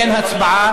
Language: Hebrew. אין הצבעה.